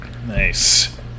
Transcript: Nice